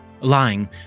lying